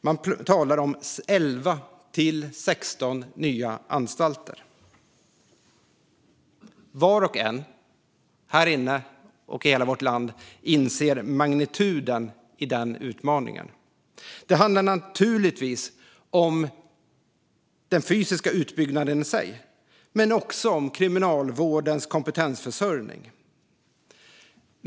Man talar om 11-16 nya anstalter. Var och en här inne och i hela vårt land inser magnituden i den utmaningen. Det handlar naturligtvis om den fysiska utbyggnaden i sig men också om kriminalvårdens kompetensförsörjning.